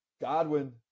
Godwin